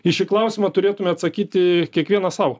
į šį klausimą turėtume atsakyti kiekvienas sau